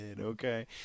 okay